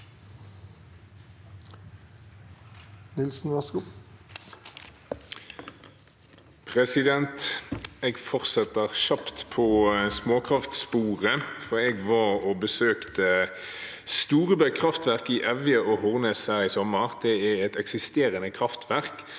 Jeg fortsetter kjapt på småkraftsporet. Jeg besøkte Storebekk kraftverk i Evje og Hornnes i sommer. Det er et eksisterende kraftverk